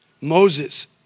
Moses